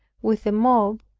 with a mob,